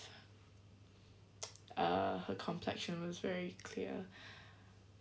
uh her complexion was very clear